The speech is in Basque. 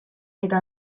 eta